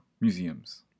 museums